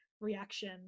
reaction